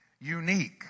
unique